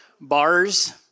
bars